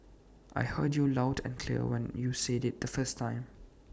I heard you loud and clear when you said IT the first time